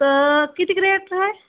तर कितीक रेट आहे